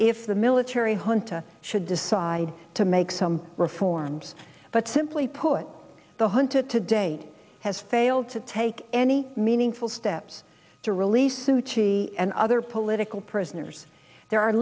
if the military junta should decide to make some reforms but simply put the hunted to date has failed to take any meaningful steps to release suchi and other political prisoners there are